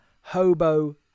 Hobo